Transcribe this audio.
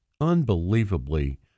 unbelievably